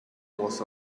was